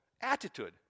attitude